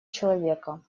человека